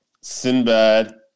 Sinbad